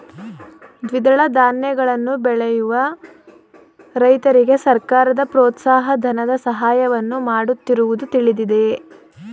ದ್ವಿದಳ ಧಾನ್ಯಗಳನ್ನು ಬೆಳೆಯುವ ರೈತರಿಗೆ ಸರ್ಕಾರ ಪ್ರೋತ್ಸಾಹ ಧನದ ಸಹಾಯವನ್ನು ಮಾಡುತ್ತಿರುವುದು ತಿಳಿದಿದೆಯೇ?